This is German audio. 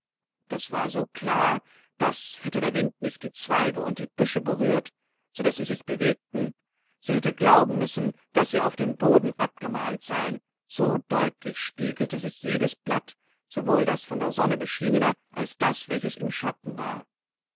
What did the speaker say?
das war so klar daß hätte der wind nicht die zweige und die büsche berührt sodaß sie sich bewegten sie hätte glauben müssen daß sie auf dem boden abgemalt seien so deutlich spiegelte sich jedes blatt sowohl das von der sonne beschienene als das welches im schatten war